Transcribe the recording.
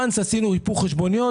ברגע ששינו היפוך חשבוניות